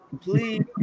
please